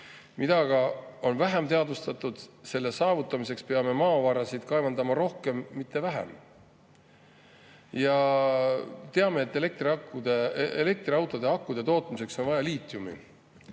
Mida on aga vähem teadvustatud - selle saavutamiseks peab maavarasid kaevandama rohkem, mitte vähem." Me teame, et elektriautode akude tootmiseks on vaja liitiumi,